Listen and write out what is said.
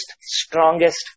strongest